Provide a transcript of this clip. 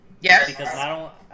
Yes